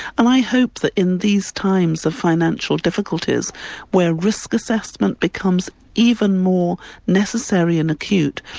and i hope that in these times of financial difficulties where risk assessment becomes even more necessary and acute,